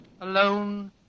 Alone